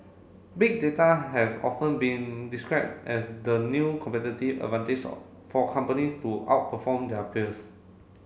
Big Data has often been describe as the new competitive advantage for companies to outperform their peers